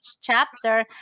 chapter